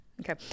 Okay